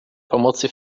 pomocy